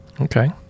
Okay